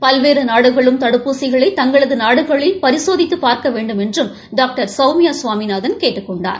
பல்வேறு நாடுகளும் தடுப்பூசிகளை தங்களது நாடுகளில் பரிசோதித்துப் பார்க்க வேண்டுமென்றும் டாக்டர் சௌமியா சுவாமிநாதன் கேட்டுக் கொண்டார்